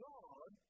God